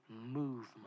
movement